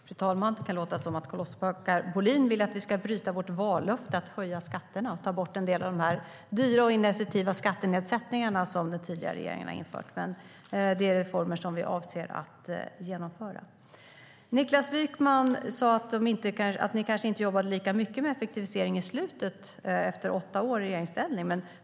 STYLEREF Kantrubrik \* MERGEFORMAT Svar på interpellationerNiklas Wykman sa att ni kanske inte jobbade lika mycket med effektivisering i slutet efter åtta år i regeringsställning.